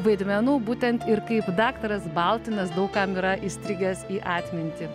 vaidmenų būtent ir kaip daktaras baltinas daug kam yra įstrigęs į atmintį